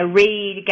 read